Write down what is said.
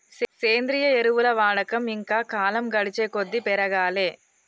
సేంద్రియ ఎరువుల వాడకం ఇంకా కాలం గడిచేకొద్దీ పెరగాలే